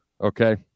Okay